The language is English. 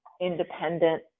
independent